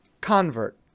convert